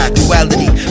duality